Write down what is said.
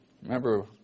Remember